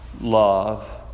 love